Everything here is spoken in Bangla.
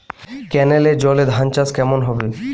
কেনেলের জলে ধানচাষ কেমন হবে?